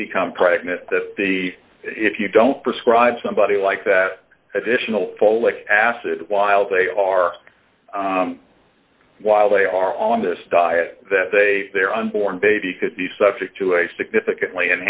may become pregnant the if you don't prescribe somebody like that additional folic acid while they are while they are on this diet that they their unborn baby could be subject to a significantly